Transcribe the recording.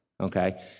okay